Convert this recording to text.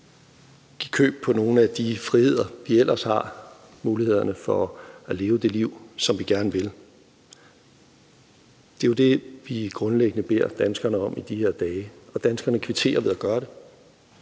give køb på nogle af de frihedsrettigheder, vi ellers har, og mulighederne for at leve det liv, som vi gerne vil. Det er jo grundlæggende det, vi beder danskerne om i de her dage, og danskerne kvitterer ved at gøre det.